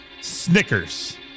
Snickers